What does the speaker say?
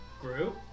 group